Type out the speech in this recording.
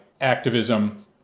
activism